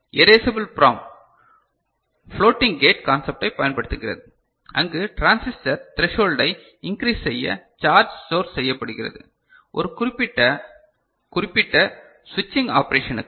erasable PROM floating gate கான்செப்டை பயன்படுத்துகிறது அங்கு டிரான்சிஸ்டர் த்ரேஷோல்டை இன்க்ரீஸ் செய்ய சார்ஜ் ஸ்டோர் செய்யப்படுகிறது ஒரு குறிப்பிட்ட குறிப்பிட்ட சுவிட்சிங் ஆபரேஷனுக்கு